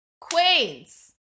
queens